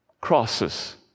crosses